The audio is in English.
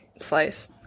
slice